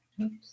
Oops